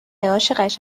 عاشقش